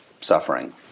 suffering